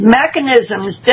mechanisms